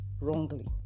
wrongly